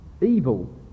Evil